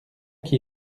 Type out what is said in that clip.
qui